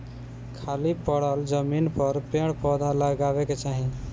खाली पड़ल जमीन पर पेड़ पौधा लगावे के चाही